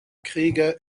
krieger